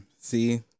See